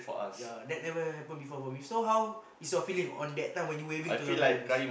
yea that never happen before for me so how was your feeling on that time waving to your parents